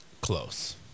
Close